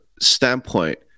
standpoint